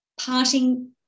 parting